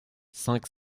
cinq